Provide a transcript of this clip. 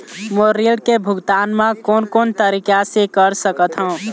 मोर ऋण के भुगतान म कोन कोन तरीका से कर सकत हव?